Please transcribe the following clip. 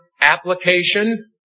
application